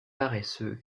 paresseux